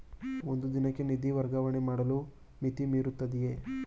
ಒಂದು ದಿನಕ್ಕೆ ನಿಧಿ ವರ್ಗಾವಣೆ ಮಾಡಲು ಮಿತಿಯಿರುತ್ತದೆಯೇ?